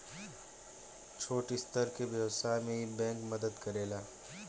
छोट स्तर के व्यवसाय में इ बैंक मदद करेला